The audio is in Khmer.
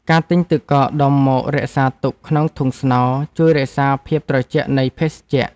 ការទិញទឹកកកដុំមករក្សាទុកក្នុងធុងស្នោ ជួយរក្សាភាពត្រជាក់នៃភេសជ្ជៈ។